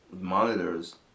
monitors